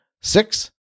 Six